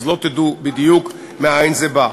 אז לא תדעו בדיוק מאין זה בא.